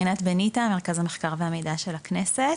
רינת בניטה מרכז המחקר והמידע של הכנסת.